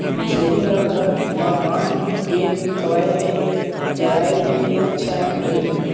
छेरी ल घर म बांध के खवाय ले चराय ले अच्छा रही?